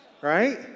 Right